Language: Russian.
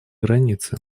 границы